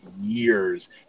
years